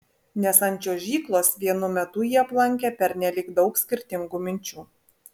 nes ant čiuožyklos vienu metu jį aplankė pernelyg daug skirtingų minčių